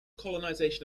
colonization